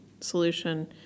solution